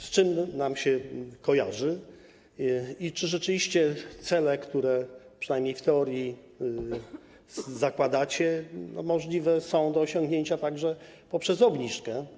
Z czym nam się kojarzy i czy rzeczywiście cele, które, przynajmniej w teorii, zakładacie, możliwe są do osiągnięcia także poprzez obniżkę?